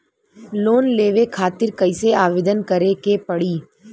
Loan लेवे खातिर कइसे आवेदन करें के पड़ी?